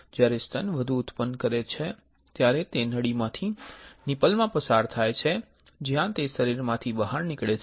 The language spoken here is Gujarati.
જ્યારે સ્તન દૂધ ઉત્પન્ન કરે છે ત્યારે તે નળીમાંથી નિપલ માં પસાર થાય છે જ્યાં તે શરીરમાંથી બહાર નીકળે છે